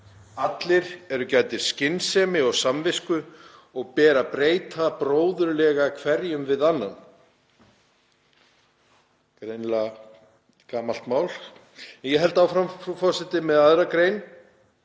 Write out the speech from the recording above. Allir eru gæddir skynsemi og samvisku og ber að breyta bróðurlega hverjum við annan.“ Greinilega gamalt mál. Ég held áfram, frú forseti, með 2. gr.,